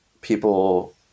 people